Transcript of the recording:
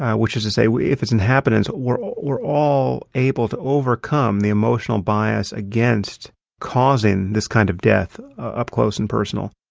ah which is to say, if its inhabitants were all were all able to overcome the emotional bias against causing this kind of death up close and personal?